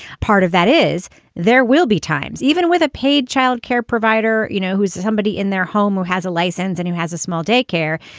part of that is there will be times, even with a paid child care provider, you know, who's somebody in their home who has a license and who has a small daycare.